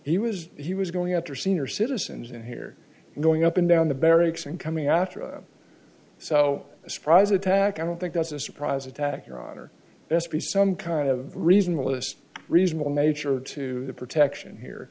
he was he was going after senior citizens and here going up and down the barracks and coming after a so a surprise attack i don't think that's a surprise attack iran or s p some kind of reasonable is reasonable nature to the protection here